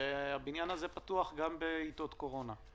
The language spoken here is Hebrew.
הבניין הזה פתוח גם בעתות קורונה.